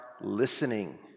listening